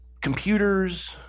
computers